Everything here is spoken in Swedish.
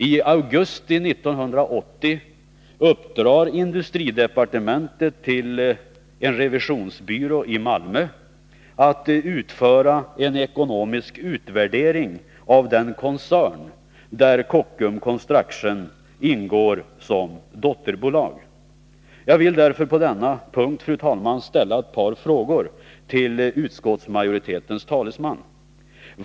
I augusti 1980 uppdrar industridepartementet åt en revisionsbyrå i Malmö att utföra en ekonomisk utvärdering av den koncern där Kockums Construction ingår som dotterbolag. Jag vill därför på denna punkt, fru talman, ställa ett par frågor till utskottsmajoritetens talesman.